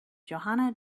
johanna